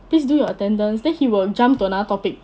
please do your attendance then he will jump to another topic